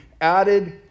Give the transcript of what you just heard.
added